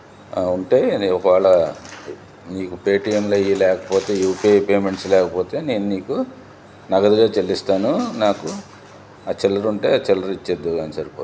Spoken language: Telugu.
ఉంటే నేను ఒక వేళ నీకు పేటీఎంలు అవి లేకపోతే యూ పీ ఐ పేమెంట్స్ లేకపోతే నేను నీకు నగదుగా చెల్లిస్తాను నాకు ఆ చిల్లర ఉంటే ఆ చిల్లర ఇచ్చేద్దువు గాని సరిపోతుంది ఓకే